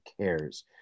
cares